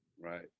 right